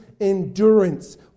endurance